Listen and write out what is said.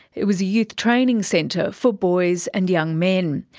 it was a youth training centre for boys and young men.